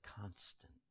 constant